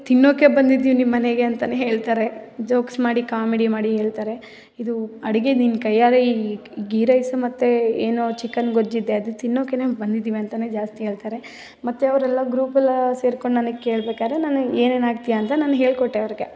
ತಿನ್ನೋಕೆ ಬಂದಿದ್ದೀವಿ ನಿಮ್ಮ ಮನೆಗೆ ಅಂತಾನೆ ಹೇಳ್ತಾರೆ ಜೋಕ್ಸ್ ಮಾಡಿ ಕಾಮಿಡಿ ಮಾಡಿ ಹೇಳ್ತಾರೆ ಇದು ಅಡಿಗೆ ನಿನ್ನ ಕೈಯಾರೆ ಈ ಗೀ ರೈಸ್ ಮತ್ತೆ ಏನೋ ಚಿಕನ್ ಗೊಜ್ಜಿದೆ ಅದು ತಿನ್ನೋಕೆ ಬಂದಿದ್ದೀವಿ ಅಂತನೆ ಜಾಸ್ತಿ ಹೇಳ್ತಾರೆ ಮತ್ತೆ ಅವರೆಲ್ಲ ಗ್ರೂಪಲ್ಲಿ ಸೇರ್ಕೊಂಡು ನನಗೆ ಕೇಳ್ಬೇಕಾದ್ರೆ ನನಗೆ ಏನೇನು ಹಾಕ್ತಿಯಾ ಅಂತ ನಾನು ಹೇಳಿಕೊಟ್ಟೆ ಅವ್ರಿಗೆ